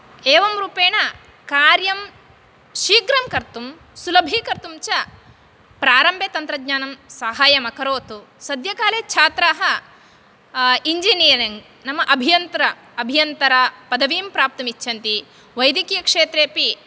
एवं रूपेण कार्यं शीघ्रं कर्तुं सुलभीकर्तुं च प्रारम्भे तन्त्रज्ञानं साहाय्यम् अकरोत् सद्यकाले छात्राः इञ्जिनीरिङ्ग् नाम अभियन्त्र अभियन्तरा पदवीम् प्राप्तुम् इच्छन्ति वैद्यकीयक्षेत्रे अपि